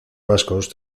vascos